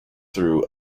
through